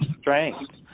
strength